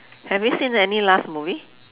have you seen any last movie